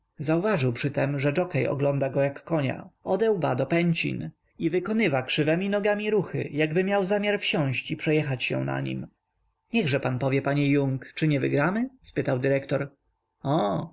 zauważył przytem że dżokiej ogląda go jak konia ode łba do pęcin i wykonywa krzywemi nogami ruchy jakby miał zamiar wsiąść i przejechać się na nim niechże pan powie panie jung czy nie wygramy spytał dyrektor